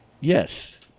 Yes